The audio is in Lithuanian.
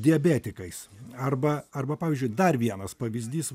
diabetikais arba arba pavyzdžiui dar vienas pavyzdys